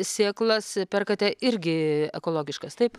sėklas perkate irgi ekologiškas taip